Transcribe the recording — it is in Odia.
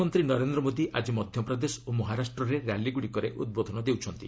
ପ୍ରଧାନମନ୍ତ୍ରୀ ନରେନ୍ଦ୍ର ମୋଦି ଆଜି ମଧ୍ୟପ୍ରଦେଶ ଓ ମହାରାଷ୍ଟ୍ରରେ ର୍ୟାଲିଗୁଡ଼ିକରେ ଉଦ୍ବୋଧନ ଦେଉଛନ୍ତି